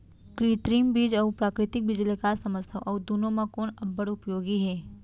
कृत्रिम बीज अऊ प्राकृतिक बीज ले का समझथो अऊ दुनो म कोन अब्बड़ उपयोगी हे?